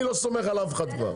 אני לא סומך על אף אחד כבר.